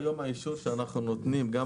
האישור שאנחנו נותנים היום,